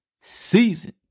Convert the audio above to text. season